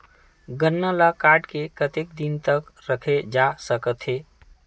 गन्ना ल काट के कतेक दिन तक रखे जा सकथे?